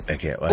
Okay